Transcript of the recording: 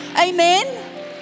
Amen